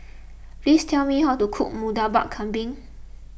please tell me how to cook Murtabak Kambing